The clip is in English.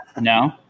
No